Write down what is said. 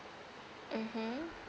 mmhmm